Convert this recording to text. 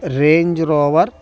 Range Rover